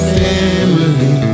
family